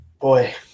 Boy